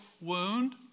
wound